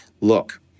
look